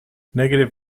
negative